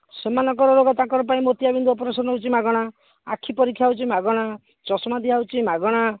ସେମାନଙ୍କର ଅଲଗା ତାଙ୍କର ପାଇଁ ମୋତିଆ ବିନ୍ଦୁ ଅପ୍ରେସନ୍ ହେଉଛି ମାଗଣା ଆଖି ପରୀକ୍ଷା ହେଉଛି ମାଗଣା ଚଷମା ଦିଆହେଉଛି ମାଗଣା